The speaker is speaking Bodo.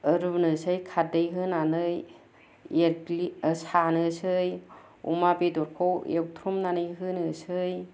रुनोसै खारदै होनानै इटग्लि सानोसै अमा बेदरखौ एउथ्रमनानै होनोसै